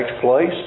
place